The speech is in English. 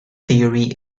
theory